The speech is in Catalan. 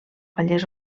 vallès